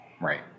Right